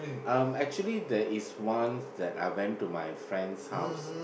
um actually there is once that I went to my friend's house